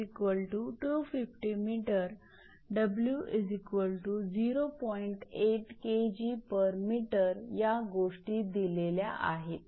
8 𝐾𝑔𝑚 या गोष्टी दिल्या या आहेत